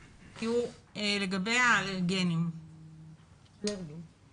תראו, לגבי הילדים עם אלרגיות,